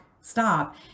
stop